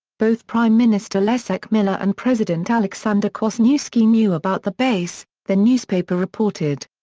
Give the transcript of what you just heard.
both prime minister leszek miller and president aleksander kwasniewski knew about the base, the newspaper reported.